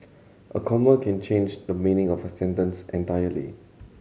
a comma can change the meaning of a sentence entirely